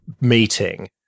meeting